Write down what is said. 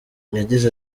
yagize